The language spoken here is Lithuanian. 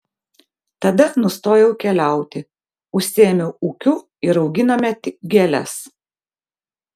tada nustojau keliauti užsiėmiau ūkiu ir auginome tik gėles